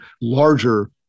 larger